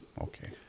okay